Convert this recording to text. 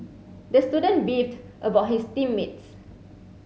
the student beefed about his team mates